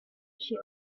she